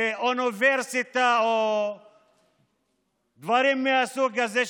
אוניברסיטה או דברים מהסוג הזה,